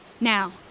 Now